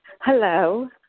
Hello